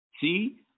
See